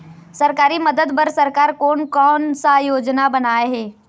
सरकारी मदद बर सरकार कोन कौन सा योजना बनाए हे?